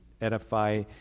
edify